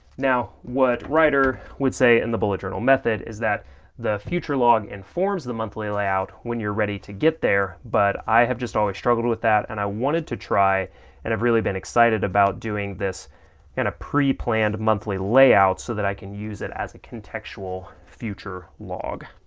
now, what writer would say in the bullet journal method is that the future log informs the monthly layout when you're ready to get there, but i have just always struggled with that and i wanted to try and i've really been excited about doing this in a pre planned monthly layout so that i can use it as a contextual future log.